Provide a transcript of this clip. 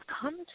come